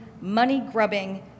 money-grubbing